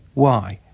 why?